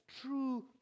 true